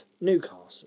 Newcastle